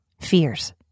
fears